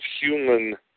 human